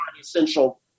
essential